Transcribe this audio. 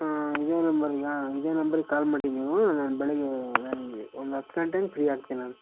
ಹಾಂ ಇದೇ ನಂಬರಿಗಾ ಇದೇ ನಂಬರಿಗೆ ಕಾಲ್ ಮಾಡಿ ನೀವು ನಾನು ಬೆಳಿಗ್ಗೆ ನಾನು ಒಂದು ಹತ್ತು ಗಂಟೆ ಹಂಗ್ ಫ್ರೀ ಆಗ್ತೀನಿ ನಾನು